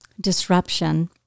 disruption